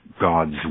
God's